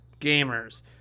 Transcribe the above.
gamers